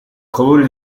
colori